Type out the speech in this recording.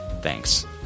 Thanks